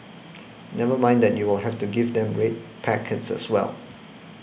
never mind that you will have to give them red packets as well